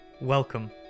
Welcome